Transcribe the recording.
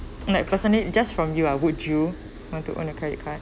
like personally it just from you would you want to own a credit card